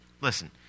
Listen